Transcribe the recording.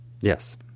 Yes